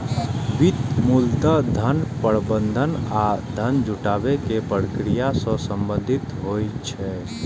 वित्त मूलतः धन प्रबंधन आ धन जुटाबै के प्रक्रिया सं संबंधित होइ छै